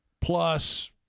plus